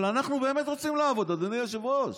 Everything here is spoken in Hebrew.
אבל אנחנו באמת רוצים לעבוד, אדוני היושב-ראש.